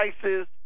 prices